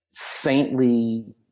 saintly